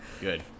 Good